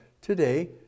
Today